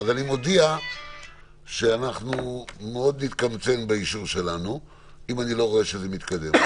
אני מודיע שאנחנו מאוד נתקמצן באישור שלנו אם אני לא רואה שזה מתקדם.